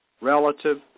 relative